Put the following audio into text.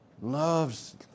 Loves